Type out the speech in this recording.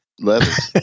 leathers